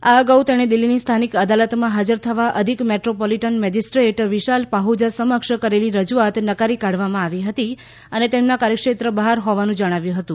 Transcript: આ અગાઉ તેણે દિલ્ફીની સ્થાનિક અદાલતમાં ફાજર થવા અધિક મેટ્રોપોલીટન મેજીસ્ટ્રેટ વિશાલ પાફ્જા સમક્ષ કરેલી રજૂઆત નકારી કાઢવામાં આવી હતી અને તેમના કાર્યક્ષેત્ર બહાર હોવાનું જણાવ્યું હતું